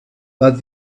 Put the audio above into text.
but